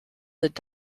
sind